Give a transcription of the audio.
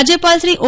રાજયપાલ શ્રી ઓ